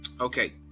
Okay